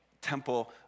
temple